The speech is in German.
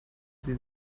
sie